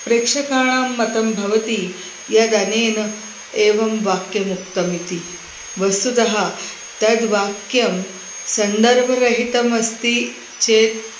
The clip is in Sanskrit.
प्रेक्षकाणां मतं भवति यदनेन एवं वाक्यमुक्तमिति वस्तुतः तद् वाक्यं सन्दर्भरहितमस्ति चेत्